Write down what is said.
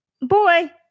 Boy